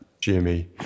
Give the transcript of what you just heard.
Jimmy